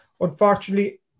Unfortunately